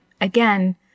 Again